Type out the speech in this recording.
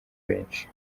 benshi